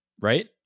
right